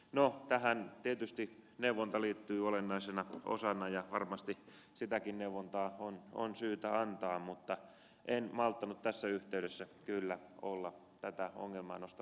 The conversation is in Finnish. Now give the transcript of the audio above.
no tähän tietysti neuvonta liittyy olennaisena osana ja varmasti sitäkin neuvontaa on syytä antaa mutta en malttanut tässä yhteydessä olla tätä ongelmaa nosta